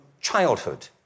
childhood